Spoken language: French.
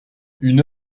une